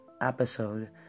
episode